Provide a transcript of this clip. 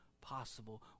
possible